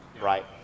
right